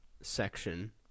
section